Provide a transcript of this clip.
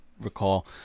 recall